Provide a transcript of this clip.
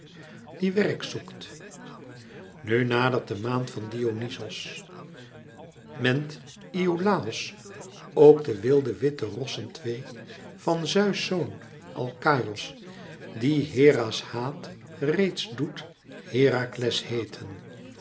die werk zoekt nu nadert de maand van dionyzos ment iolàos ook de wilde witte rossen twee van zeus zoon alkaïos dien hera's haat reeds doet herakles heeten